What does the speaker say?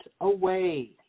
away